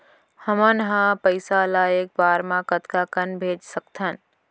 हमन ह पइसा ला एक बार मा कतका कन भेज सकथन?